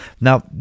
Now